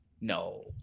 No